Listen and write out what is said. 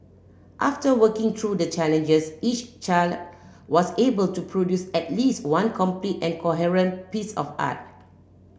after working through the challenges each child was able to produce at least one complete and coherent piece of art